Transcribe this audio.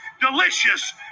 Delicious